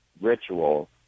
ritual